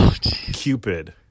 Cupid